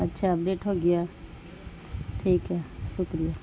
اچھا اپڈیٹ ہو گیا ٹھیک ہے شکریہ